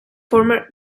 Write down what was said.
former